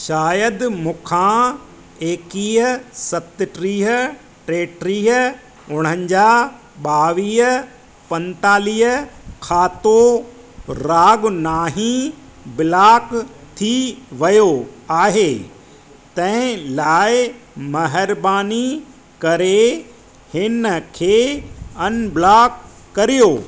शायदि मूखां एकीवीह सतटीह टेटीह उणवंजाहु ॿावीह पंतालीह खातो राहगुनाही ब्लॉक थी वियो आहे तंहिं लाइ महिरबानी करे हिन खे अनब्लॉक करियो